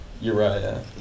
Uriah